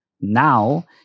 Now